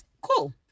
cool